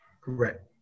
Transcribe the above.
correct